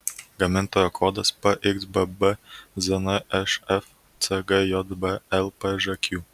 gamintojo kodas pxbb znšf cgjb lpžq